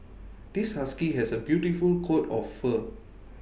this husky has A beautiful coat of fur